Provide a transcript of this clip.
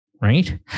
Right